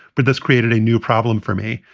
but this created a new problem for me.